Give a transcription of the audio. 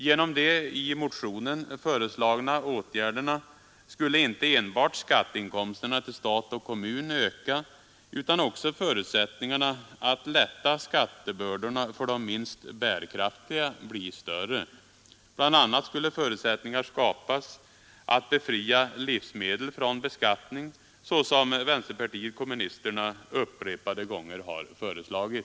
Genom de i motionen föreslagna åtgärderna skulle inte bara skatteinkomsterna till stat och kommun öka, utan förutsättningarna för att lätta skattebördorna för de minst bärkraftiga skulle också bli större. Bl. a. skulle förutsättningar skapas att befria livsmedel från beskattning, vilket vänsterpartiet kommunisterna upprepade gånger har föreslagit.